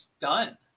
done